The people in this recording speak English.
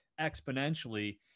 exponentially